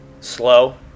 slow